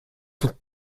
sont